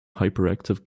hyperactive